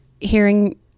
hearing